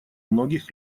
многих